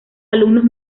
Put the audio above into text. alumnos